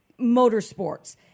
motorsports